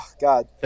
God